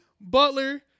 Butler